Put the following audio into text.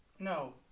No